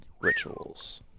rituals